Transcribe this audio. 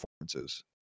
performances